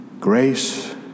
grace